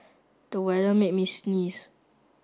the weather made me sneeze